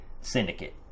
syndicate